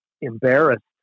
embarrassed